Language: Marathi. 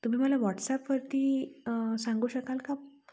तुम्ही मला व्हॉट्सॲपवरती सांगू शकाल का